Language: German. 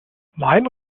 meinen